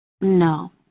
No